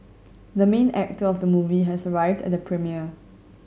the main actor of the movie has arrived at the premiere